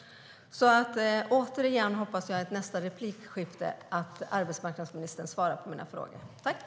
Jag hoppas att arbetsmarknadsministern svarar på mina frågor i sitt nästa inlägg.